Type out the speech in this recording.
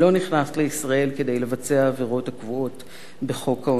לישראל כדי לבצע עבירות הקבועות בחוק העונשין.